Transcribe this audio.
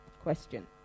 question